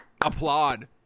applaud